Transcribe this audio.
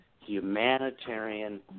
humanitarian